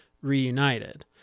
reunited